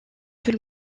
tout